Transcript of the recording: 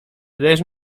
wydajesz